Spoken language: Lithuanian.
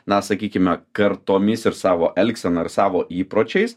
na sakykime kartomis ir savo elgsena ir savo įpročiais